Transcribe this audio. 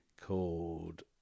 called